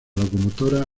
locomotora